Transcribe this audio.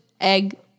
egg